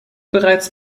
bereits